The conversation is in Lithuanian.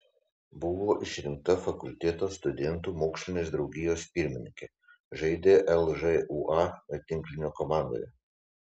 buvo išrinkta fakulteto studentų mokslinės draugijos pirmininke žaidė lžūa tinklinio komandoje